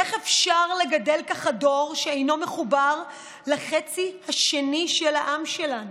איך אפשר לגדל ככה דור שאינו מחובר לחצי השני של העם שלנו?